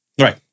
Right